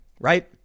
right